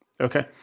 Okay